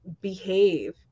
behave